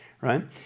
right